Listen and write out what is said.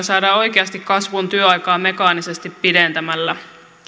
saadaan oikeasti kasvuun työaikaa mekaanisesti pidentämällä